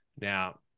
Now